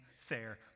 fair